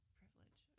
privilege